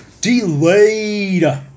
Delayed